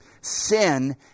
Sin